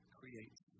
creates